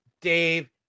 Dave